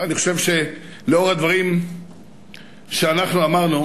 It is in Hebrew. אני חושב שלאור הדברים שאנחנו אמרנו